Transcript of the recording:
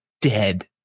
dead